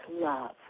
love